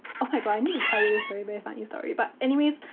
like i need to tell you this very, very funny story. but anyways,